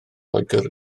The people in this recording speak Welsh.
loegr